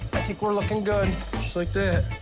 i think we're looking good just like that.